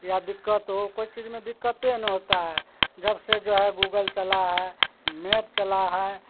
یا دقت ہو کوئی چیز میں دقت نہیں ہوتا ہے جب سے جو ہے گوگل چلا ہے میپ چلا ہے